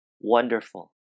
wonderful